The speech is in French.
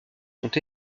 sont